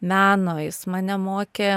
meno jis mane mokė